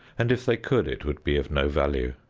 and if they could it would be of no value.